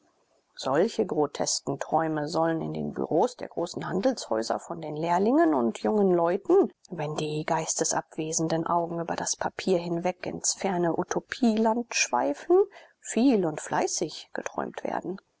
solche grotesken träume sollen in den bureaus der großen handelshäuser von den lehrlingen und jungen leuten wenn die geistesabwesenden augen über das papier hinweg ins ferne utopieland schweifen viel und fleißig geträumt werden